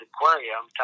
Aquarium